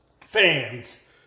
fans